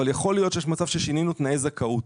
אבל יכול להיות שיש מצב ששינינו תנאי זכאות.